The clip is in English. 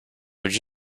would